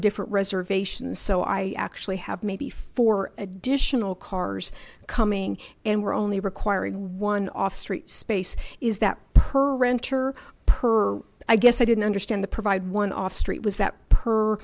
different reservations so i actually have maybe four additional cars coming and we're only requiring one off street space is that per renter per i guess i didn't understand the provide one off street was that per